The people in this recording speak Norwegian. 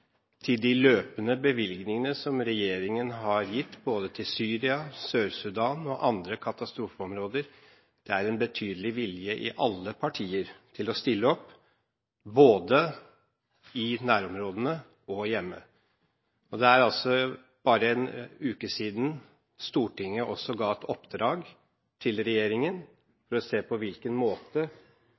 til de løpende bevilgningene som regjeringen har gitt til Syria, Sudan og andre katastrofeområder. Det er en betydelig vilje i alle partier til å stille opp, både i nærområdene og hjemme. Det er bare en uke siden Stortinget ga regjeringen i oppdrag å se på